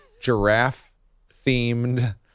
giraffe-themed